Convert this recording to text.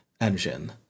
engine